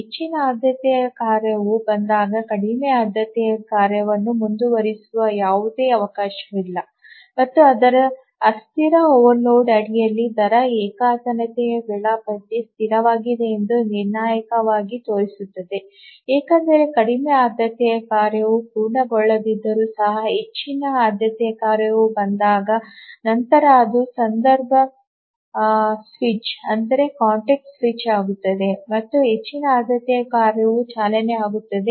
ಹೆಚ್ಚಿನ ಆದ್ಯತೆಯ ಕಾರ್ಯವು ಬಂದಾಗ ಕಡಿಮೆ ಆದ್ಯತೆಯ ಕಾರ್ಯವು ಮುಂದುವರಿಯುವ ಯಾವುದೇ ಅವಕಾಶವಿಲ್ಲ ಮತ್ತು ಇದು ಅಸ್ಥಿರ ಓವರ್ಲೋಡ್ ಅಡಿಯಲ್ಲಿ ದರ ಏಕತಾನತೆಯ ವೇಳಾಪಟ್ಟಿ ಸ್ಥಿರವಾಗಿದೆ ಎಂದು ನಿರ್ಣಾಯಕವಾಗಿ ತೋರಿಸುತ್ತದೆ ಏಕೆಂದರೆ ಕಡಿಮೆ ಆದ್ಯತೆಯ ಕಾರ್ಯವು ಪೂರ್ಣಗೊಳ್ಳದಿದ್ದರೂ ಸಹ ಹೆಚ್ಚಿನ ಆದ್ಯತೆಯ ಕಾರ್ಯವು ಬಂದಾಗ ನಂತರ ಅದು ಸಂದರ್ಭ ಸ್ವಿಚ್ ಆಗುತ್ತದೆ ಮತ್ತು ಹೆಚ್ಚಿನ ಆದ್ಯತೆಯ ಕಾರ್ಯವು ಚಾಲನೆಯಾಗುತ್ತದೆ